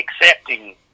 accepting